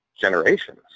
generations